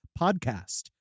podcast